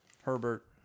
Herbert